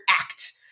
act